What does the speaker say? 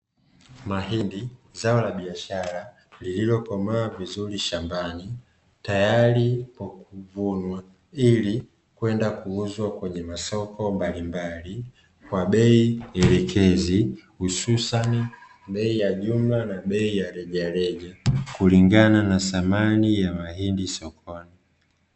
Mahindi, zao la biashara lililokomaa vizuri shambani tayari kwa kuvunwa, ili kwenda kuuzwa kwenye masoko mbalimbali kwa bei elekezi hususani bei ya jumla na bei ya rejareja kulingana na bei ya mahindi sokoni.